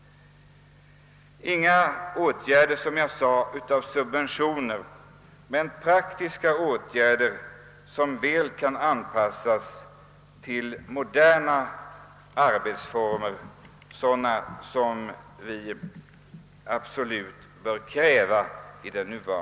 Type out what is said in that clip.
Jag anser att man inte bör ge subventioner utan i stället vidtaga praktiska åtgärder som väl kan anpassas till moderna arbetsformer.